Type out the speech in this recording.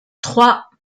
trois